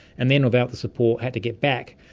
and then without the support had to get back,